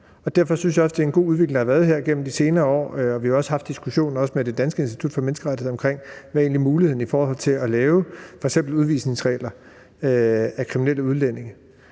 Derfor synes jeg også, det er en god udvikling, der har været igennem de senere år – og vi har også haft diskussionen med Institut for Menneskerettigheder om, hvad muligheden egentlig er for at lave f.eks. udvisningsregler i forhold til kriminelle udlændinge.